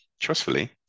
trustfully